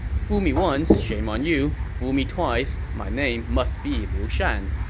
fool me once, shame on you. fool me twice, my name must be liu shan